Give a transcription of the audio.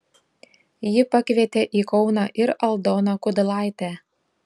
ji pakvietė į kauną ir aldoną kudlaitę